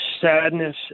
sadness